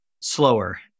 slower